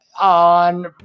on